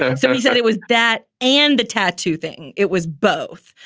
ah somebody said it was that and the tattoo thing. it was both.